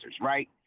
right